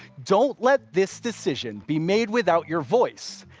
don't let this decision be made without your voice.